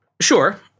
Sure